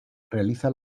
realiza